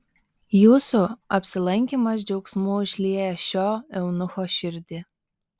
jūsų apsilankymas džiaugsmu užlieja šio eunucho širdį